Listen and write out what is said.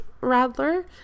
Rattler